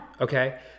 Okay